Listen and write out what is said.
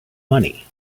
money